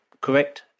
correct